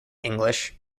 english